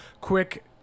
quick